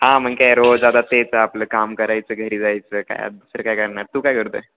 हां मग काय रोज आता तेच आपलं काम करायचं घरी जायचं काय आता दुसरं काय करणार तू काय करतो आहे